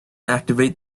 activate